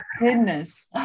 Goodness